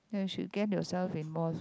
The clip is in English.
ya you should gain yourself involved